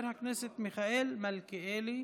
הכנסת, בבקשה.